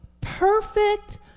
perfect